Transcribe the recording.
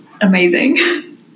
amazing